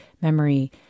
memory